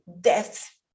death